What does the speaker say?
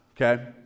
Okay